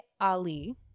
Ali